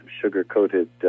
sugar-coated